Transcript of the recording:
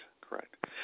correct